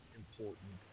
important